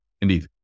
indeed